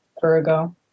Virgo